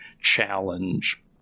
challenge